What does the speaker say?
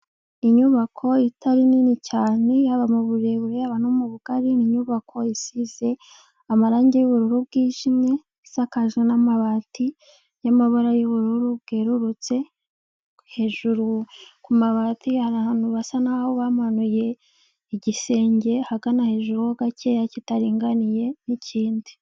Inyubako itari nini cyane yaba mu burebure no mu bugari, ni inyubako isize amarangi y'ubururu bwijimye, isakaje n'amabati y'amabara y'ubururu bwerurutse, hejuru ku mabati hari ahantu basa n'aho bamanuye igisenge, ahagana hejuru gakeya kitaringaniye n'ikindi.